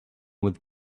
with